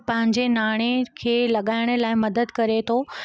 पंहिंजे नाणे खे लॻाइण लाइ मदद करे थो